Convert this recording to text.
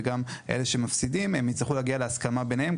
וגם אלה שמפסידים יצטרכו להגיע להסכמה ביניהם,